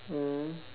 mm